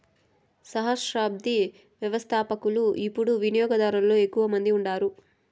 సహస్రాబ్ది వ్యవస్థపకులు యిపుడు వినియోగదారులలో ఎక్కువ మంది ఉండారు